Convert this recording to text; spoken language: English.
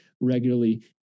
regularly